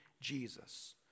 Jesus